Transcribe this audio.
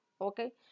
Okay